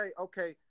okay